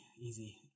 Easy